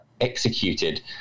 executed